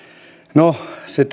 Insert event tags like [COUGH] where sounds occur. no se [UNINTELLIGIBLE]